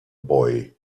boy